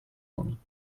one